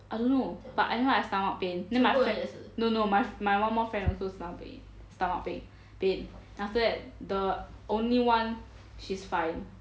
I don't know but I know I stomach pain then my friend no no my one more friend also stomach pain stomach pain pain then after that the only [one] she's fine